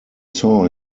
saw